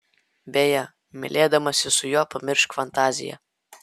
beje mylėdamasi su juo pamiršk fantaziją